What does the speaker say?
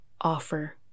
offer